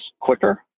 quicker